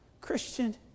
Christian